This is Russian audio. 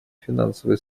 финансовая